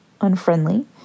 unfriendly